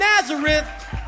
Nazareth